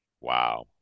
Wow